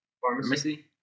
Pharmacy